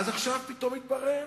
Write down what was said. אז עכשיו פתאום התברר.